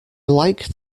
like